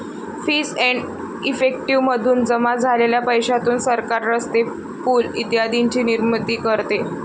fees and effective मधून जमा झालेल्या पैशातून सरकार रस्ते, पूल इत्यादींची निर्मिती करते